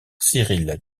cyrille